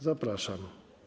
Zapraszam.